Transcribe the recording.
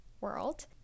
world